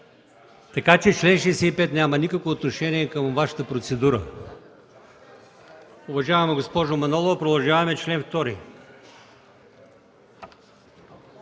Така че чл. 65 няма никакво отношение към Вашата процедура.